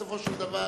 בסופו של דבר.